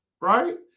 right